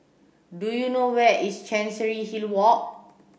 do you know where is Chancery Hill Walk